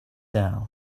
down